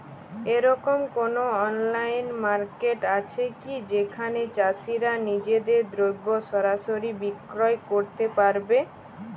এরকম কোনো online market আছে কি যেখানে চাষীরা নিজেদের দ্রব্য সরাসরি বিক্রয় করতে পারবে?